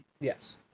Yes